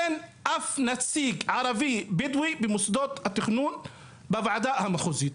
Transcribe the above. אין אף נציג ערבי בדואי במוסדות התכנון בוועדה המחוזית.